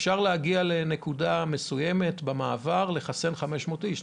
אפשר להגיע לנקודה מסוימת במעבר ולחסן 500 איש,